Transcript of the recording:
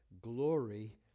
glory